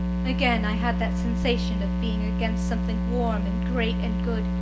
again i had that sensation of being against something warm and great and good,